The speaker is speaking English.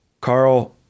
Carl